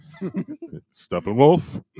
Steppenwolf